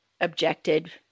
objected